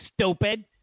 stupid